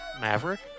Maverick